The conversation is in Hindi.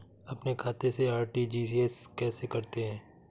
अपने खाते से आर.टी.जी.एस कैसे करते हैं?